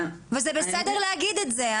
וזה בסדר להגיד את זה.